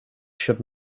should